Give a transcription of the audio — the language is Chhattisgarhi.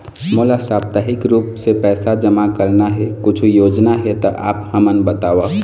मोला साप्ताहिक रूप से पैसा जमा करना हे, कुछू योजना हे त आप हमन बताव?